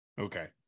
Okay